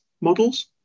models